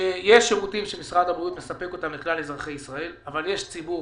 יש שירותים שמשרד הבריאות מספק אותם לכלל אזרחי ישראל אבל יש ציבור,